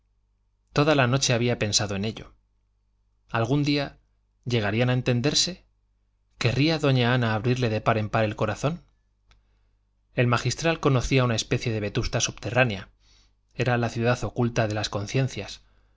toda la noche había pensado en ello algún día llegarían a entenderse querría doña ana abrirle de par en par el corazón el magistral conocía una especie de vetusta subterránea era la ciudad oculta de las conciencias